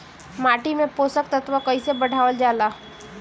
माटी में पोषक तत्व कईसे बढ़ावल जाला ह?